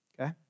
Okay